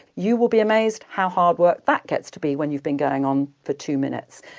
you will be amazed how hard work that gets to be when you've been going on for two minutes.